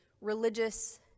religious